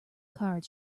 card